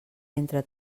entre